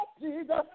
Jesus